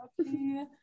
Okay